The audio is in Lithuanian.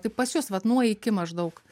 tai pas jus vat nuo iki maždaug